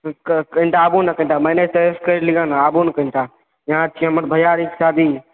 कनि तऽ आबुने कनि तऽ मैनेज तैनेज कऽ लिअ ने आबुने कनि तऽ यहाँ छियै हमर भय्यारीके शादी